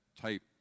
type